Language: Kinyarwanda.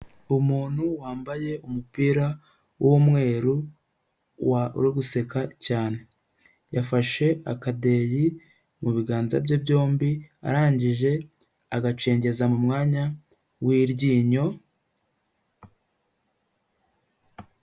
Umuntu wambaye umupira w'umweru uri guseka cyane, yafashe akadeyi mu biganza bye byombi arangije agacengeza mu mwanya w'iryinyo...